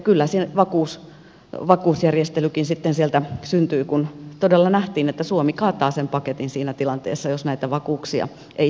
kyllä se vakuusjärjestelykin sitten sieltä syntyi kun todella nähtiin että suomi kaataa sen paketin siinä tilanteessa jos näitä vakuuksia ei tule